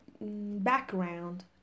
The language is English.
Background